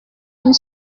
une